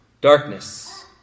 darkness